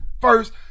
First